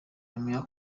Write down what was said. yemeye